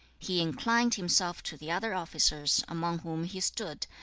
he inclined himself to the other officers among whom he stood,